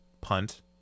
punt